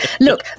look